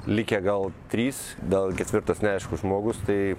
likę gal trys gal ketvirtas neaiškus žmogus tai